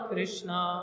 Krishna